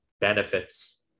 benefits